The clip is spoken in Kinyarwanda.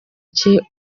cye